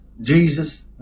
Jesus